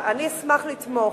אני אשמח לתמוך.